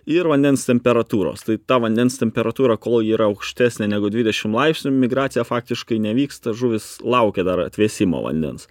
ir vandens temperatūros tai tą vandens temperatūrą kol ji yra aukštesnė negu dvidešim laipsnių migracija faktiškai nevyksta žuvys laukia dar atvėsimo vandens